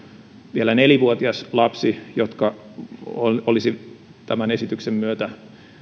vielä nelivuotiaan lapsen jotka olisi tämän esityksen myötä